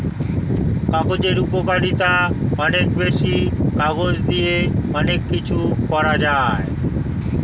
কাগজের উপকারিতা অনেক বেশি, কাগজ দিয়ে অনেক কিছু করা যায়